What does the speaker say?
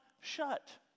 shut